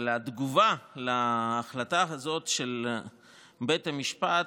אבל התגובה על ההחלטה הזאת של בית המשפט,